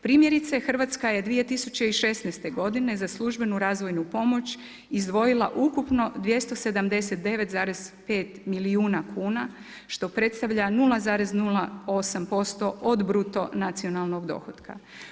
Primjerice, Hrvatske je 2016. godine za službenu razvojnu pomoć izdvojila ukupno 279,5 milijuna kuna što predstavlja 0,08% od bruto nacionalnog dohotka.